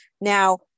Now